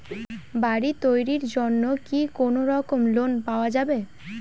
বাড়ি তৈরির জন্যে কি কোনোরকম লোন পাওয়া যাবে?